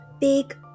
big